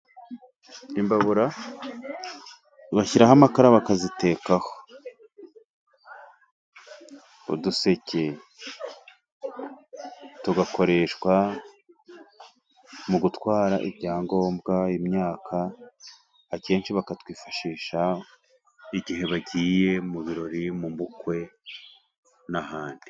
Imbabura bashyiraho amakara bakazitekaho. uduseke tugakoreshwa mu gutwara ibyangombwa, imyaka akenshi bakatwifashisha igihe bagiye mu birori, mu bukwe n'ahandi.